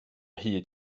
hyd